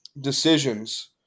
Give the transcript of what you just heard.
decisions